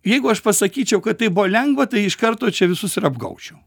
jeigu aš pasakyčiau kad tai buvo lengva tai iš karto čia visus yra apgaučiau